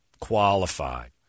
qualified